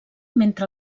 mentre